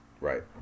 right